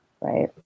right